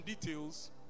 details